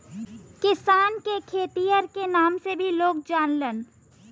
किसान के खेतिहर के नाम से भी लोग जानलन